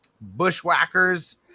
bushwhackers